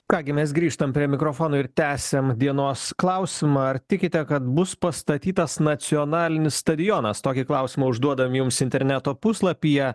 ką gi mes grįžtam prie mikrofono ir tęsiam dienos klausimą ar tikite kad bus pastatytas nacionalinis stadionas tokį klausimą užduodam jums interneto puslapyje